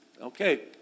Okay